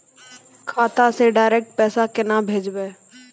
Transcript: खाता से डायरेक्ट पैसा केना भेजबै?